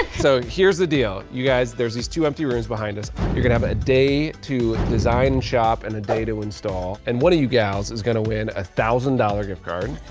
so here's the deal you guys there's these two empty rooms behind us you're gonna have a day to design shop and a day to install and one of you gals is gonna win a thousand dollar gift card